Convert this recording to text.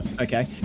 okay